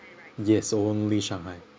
yes only shanghai